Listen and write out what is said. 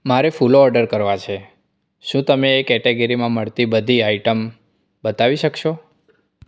મારે ફૂલો ઓર્ડર કરવાં છે શું તમે એ કેટેગરીમાં મળતી બધી આઇટમ બતાવી શકશો